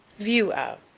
view of.